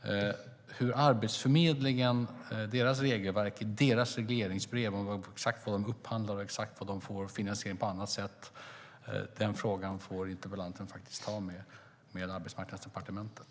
Frågan om Arbetsförmedlingens regelverk och regleringsbrev, exakt var de upphandlar och exakt var de får finansiering på annat sätt, får interpellanten ta med Arbetsmarknadsdepartementet.